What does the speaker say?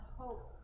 hope